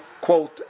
quote